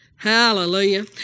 Hallelujah